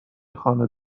خانه